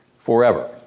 forever